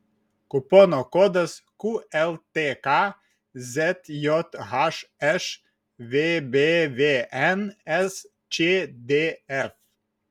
kupono kodas qltk zjhš vbvn sčdf